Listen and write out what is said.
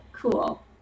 cool